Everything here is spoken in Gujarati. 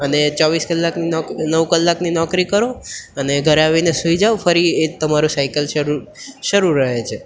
અને ચોવીસ કલાકની નવ નવ કલાકની નોકરી કરો અને ઘરે આવીને સુઈ જાવ ફરી એ જ તમારો સાયકલ શિડ્યુલ શરૂ રહે છે